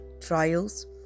trials